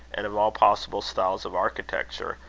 and of all possible styles of architecture,